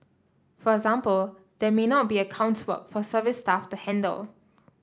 for example there may not be accounts work for service staff to handle